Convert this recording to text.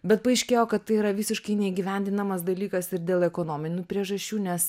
bet paaiškėjo kad tai yra visiškai neįgyvendinamas dalykas ir dėl ekonominių priežasčių nes